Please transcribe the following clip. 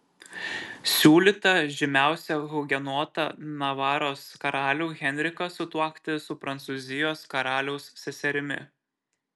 siūlyta žymiausią hugenotą navaros karalių henriką sutuokti su prancūzijos karaliaus seserimi